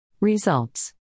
Results